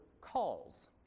calls